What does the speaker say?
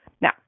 Now